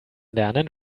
lernen